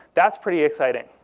that's pretty exciting.